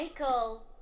Michael